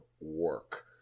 work